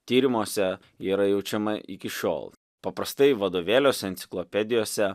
tyrimuose yra jaučiama iki šiol paprastai vadovėliuose enciklopedijose